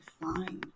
fine